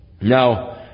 Now